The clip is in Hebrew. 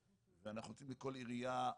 בתוכן,